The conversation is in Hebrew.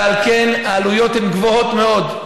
ועל כן העלויות הן גבוהות מאוד.